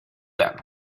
them